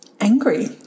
angry